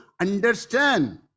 understand